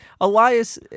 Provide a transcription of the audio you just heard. Elias